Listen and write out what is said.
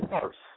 first